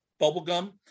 bubblegum